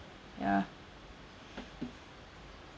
ya